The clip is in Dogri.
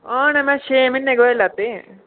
हां हाले में छे म्हीने गै होऐ लैते दे